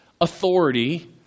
authority